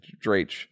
Drake